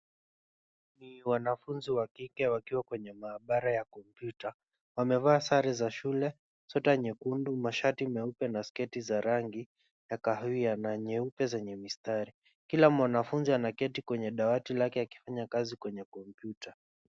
Ni wanafunzi wa kike wakiwa kenye mahabara ya kompyuta, wamevaa sare za shule, sweta nyekundu, mashati meupe na sketi za rangi ya kahawia na nyeupe zenye mistari. Kila mwanafunzi anaketi kwenye dawati lake akifanya kazi kwenye kompyuta.